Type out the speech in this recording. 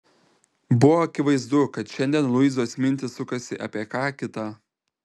buvo akivaizdu kad šiandien luizos mintys sukasi apie ką kita